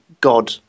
God